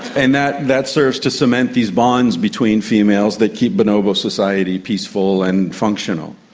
and that that serves to cement these bonds between females that keep bonobo society peaceful and functional.